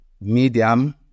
medium